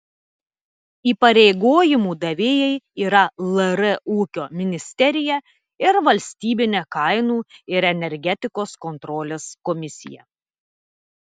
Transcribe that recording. įpareigojimų davėjai yra lr ūkio ministerija ir valstybinė kainų ir energetikos kontrolės komisija